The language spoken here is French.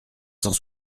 cent